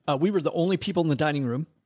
ah we were the only people in the dining room.